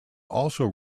also